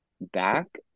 back